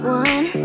one